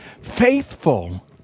faithful